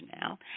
now